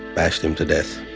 bashed him to death.